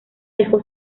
dejó